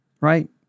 right